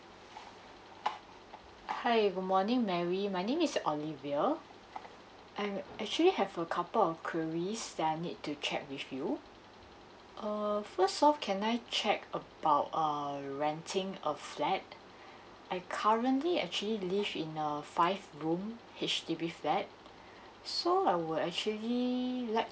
hi good morning mary my name is olivia I'm actually have a couple of queries that I need to check with you err first of all can I check about err renting a flat I currently actually live in a five room H_D_B flat so I would actually like